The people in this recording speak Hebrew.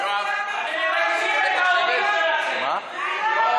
אדוני יושב-ראש ועדת הכספים, חברת הכנסת, נא לא